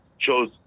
chose